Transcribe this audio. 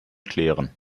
klären